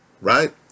Right